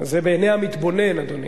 זה בעיני המתבונן, אדוני.